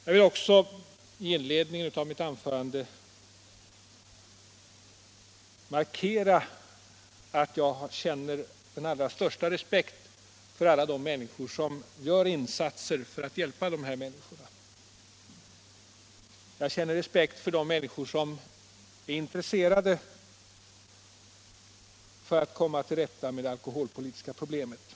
Jag vill också i inledningen av mitt anförande markera att jag känner den allra största respekt för alla dem som gör insatser för att hjälpa dessa människor och som är intresserade av att komma till rätta med det alkoholpolitiska problemet.